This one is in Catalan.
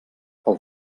pel